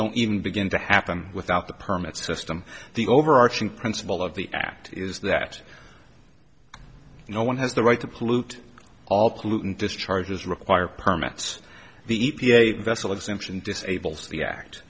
don't even begin to happen without the permit system the overarching principle of the act is that no one has the right to pollute all pollutant discharges require permits the e p a vessel exemption disables the act